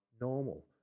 normal